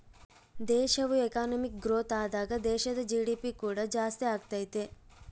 ದೇಶವು economic growth ಆದಾಗ ದೇಶದ ಜಿ.ಡಿ.ಪಿ ಕೂಡ ಜಾಸ್ತಿಯಾಗತೈತೆ